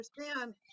understand